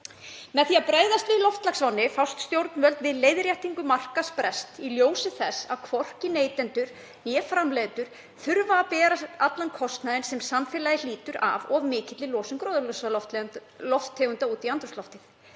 Með því að bregðast við loftslagsvánni fást stjórnvöld við leiðréttingu markaðsbrests í ljósi þess að hvorki neytendur né framleiðendur þurfa að bera allan kostnaðinn sem samfélagið hlýtur af of mikilli losun gróðurhúsalofttegunda út í andrúmsloftið.